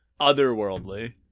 otherworldly